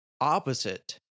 opposite